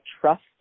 trust